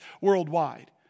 worldwide